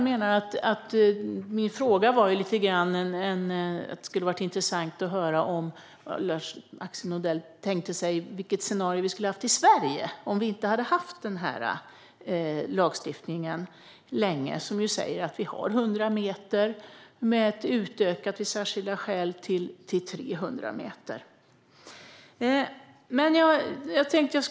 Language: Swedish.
Min fråga var lite grann att det skulle ha varit intressant att höra vilket scenario Lars-Axel Nordell tänker sig att vi skulle ha haft i Sverige om vi inte länge hade haft den här lagstiftningen om 100 meter med utökat till 300 meter vid särskilda skäl.